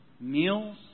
Meals